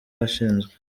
ashinzwe